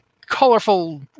colorful